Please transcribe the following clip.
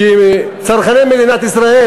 כי צרכני מדינת ישראל,